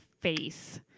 face